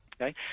Okay